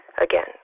Again